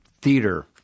theater